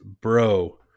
bro